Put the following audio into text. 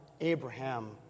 Abraham